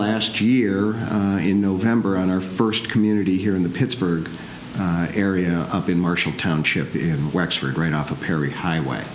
last year in november on our first community here in the pittsburgh area up in marshall township right off of perry highway